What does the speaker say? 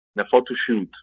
the photo shoot,